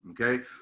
Okay